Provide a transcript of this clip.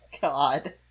god